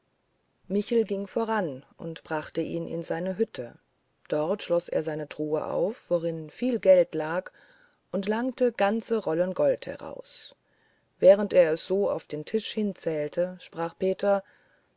michel ging voran und brachte ihn in seine hütte dort schloß er eine truhe auf worin viel geld lag und langte ganze rollen gold heraus während er es so auf den tisch hinzählte sprach peter